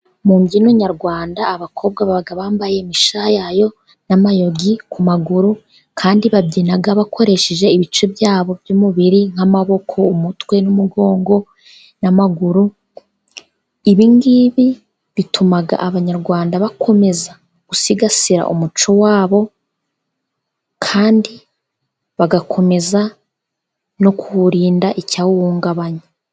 Mu mbyino nyarwanda, abakobwa baba bambaye imisha yayo, n'amayogi ku maguru kandi babyina bakoresheje ibice byabo by'umubiri, nk'amaboko, umutwe, n'umugongo n'amaguru, ibingibi bituma abanyarwanda bakomeza gusigasira umuco wabo kandi bagakomeza, no kuwurinda icyawuhungabanya.